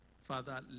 Father